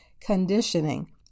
conditioning